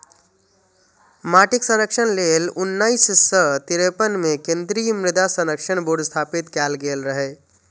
माटिक संरक्षण लेल उन्नैस सय तिरेपन मे केंद्रीय मृदा संरक्षण बोर्ड स्थापित कैल गेल रहै